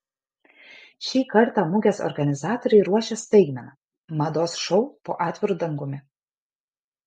šį kartą mugės organizatoriai ruošia staigmeną mados šou po atviru dangumi